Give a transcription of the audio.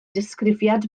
disgrifiad